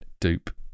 Dupe